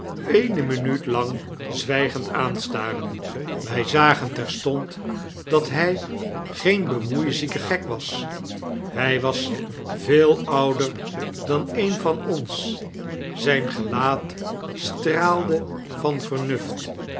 eene minuut lang zwijgend aanstaren wij zagen terstond dat hij geen bemoeizieke gek was hij was veel ouder dan een van ons zijn gelaat straalde vanvernuft